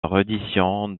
reddition